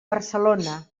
barcelona